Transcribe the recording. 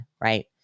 right